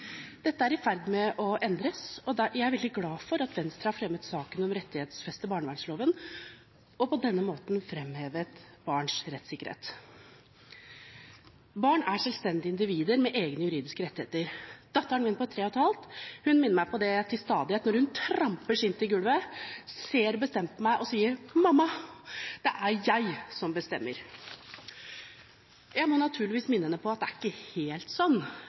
Dette er i ferd med å endres, og jeg er veldig glad for at Venstre har fremmet saken om å rettighetsfeste barnevernloven for på denne måten å framheve barns rettssikkerhet. Barn er selvstendige individer med egne juridiske rettigheter. Datteren min på tre og et halvt år minner meg på det til stadighet når hun tramper sint i gulvet, ser bestemt på meg og sier: Mamma, det er jeg som bestemmer. Jeg må naturligvis minne henne på at det er ikke helt sånn,